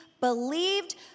believed